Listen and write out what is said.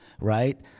Right